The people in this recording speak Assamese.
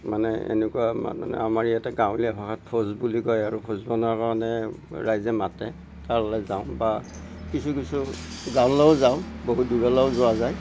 মানে এনেকুৱা মানে আমাৰ ইয়াতে গাঁৱলীয়া ভাষাত ভোজ বুলি কয় আৰু ভোজ বনোৱা কাৰণে ৰাইজে মাতে তালৈ যাওঁ বা কিছু কিছু গাঁৱলৈও যাওঁ বহুত দূৰলৈয়ো যোৱা যায়